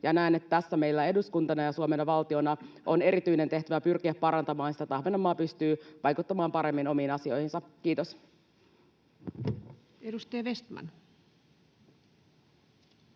Näen, että tässä meillä eduskuntana ja Suomen valtiona on erityinen tehtävä pyrkiä parantamaan sitä niin, että Ahvenanmaa pystyy vaikuttamaan paremmin omiin asioihinsa. — Kiitos. [Speech